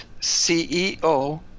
CEO